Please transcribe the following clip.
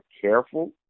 careful